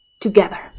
together